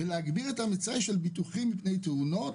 ולהגביר את המצאי של ביטוחים כנגד תאונות